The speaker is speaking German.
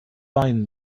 weinen